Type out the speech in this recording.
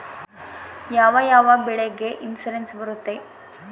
ಯಾವ ಯಾವ ಬೆಳೆಗೆ ಇನ್ಸುರೆನ್ಸ್ ಬರುತ್ತೆ?